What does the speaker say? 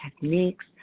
techniques